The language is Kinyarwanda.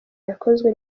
yakozwe